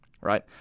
right